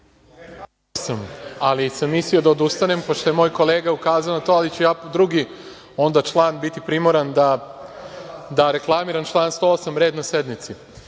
ali sam mislio da odustanem, pošto je moj kolega ukazao na to ali ću ja drugi član biti primoran da reklamiram, član 108. red na sednici.